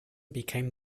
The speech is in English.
became